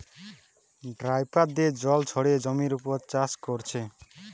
dripper দিয়ে জল ছড়িয়ে জমির উপর চাষ কোরছে